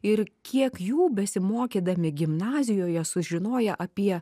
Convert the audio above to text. ir kiek jų besimokydami gimnazijoje sužinoję apie